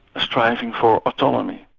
striving for autonomy.